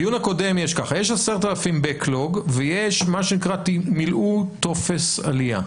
בדיון הקודם יש 10,000 backlog ויש מה שנקרא מילאו טופס עלייה.